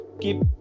keep